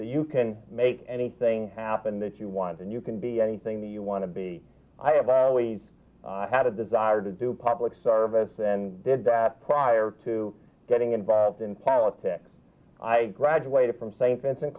you can make anything happen that you want and you can be anything you want to be i have always had a desire to do public service and did that prior to getting involved in politics i graduated from st vincent